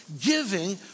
giving